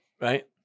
right